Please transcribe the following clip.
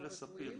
ולספיר.